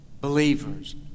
believers